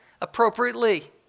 appropriately